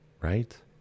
right